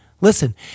Listen